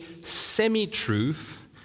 semi-truth